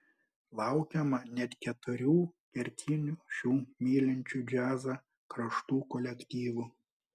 laukiama net keturių kertinių šių mylinčių džiazą kraštų kolektyvų